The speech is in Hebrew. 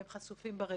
והם חשופים ברשת,